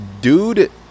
Dude